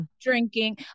Drinking